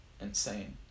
insane